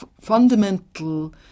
fundamental